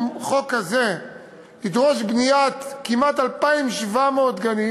החוק הזה ידרוש בניית כמעט 2,700 גנים,